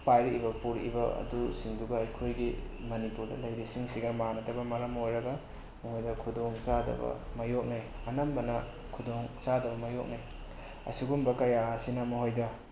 ꯄꯥꯏꯔꯛꯏꯕ ꯄꯨꯔꯛꯏꯕ ꯑꯗꯨꯁꯤꯡꯗꯨꯒ ꯑꯩꯈꯣꯏꯒꯤ ꯃꯅꯤꯄꯨꯔꯗ ꯂꯩꯔꯤꯁꯤꯡꯁꯤꯒ ꯃꯥꯟꯅꯗꯕꯅ ꯃꯔꯝ ꯑꯣꯏꯔꯒ ꯃꯣꯏꯗ ꯈꯨꯗꯣꯡꯆꯥꯗꯕ ꯃꯥꯌꯣꯛꯅꯩ ꯑꯅꯝꯕꯅ ꯈꯨꯗꯣꯡꯆꯥꯗꯕ ꯃꯥꯌꯣꯛꯅꯩ ꯑꯁꯤꯒꯨꯝꯕ ꯀꯌꯥ ꯑꯁꯤꯅ ꯃꯣꯏꯗ